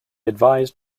advised